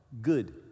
good